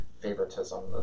favoritism